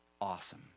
awesome